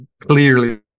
Clearly